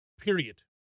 period